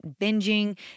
binging